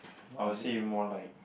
I would say more like